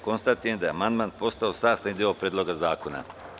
Konstatujem da je amandman postao sastavni deo Predloga zakona.